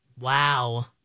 Wow